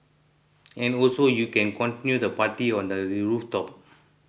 and also you can continue the party on the rooftop